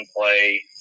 play